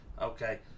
okay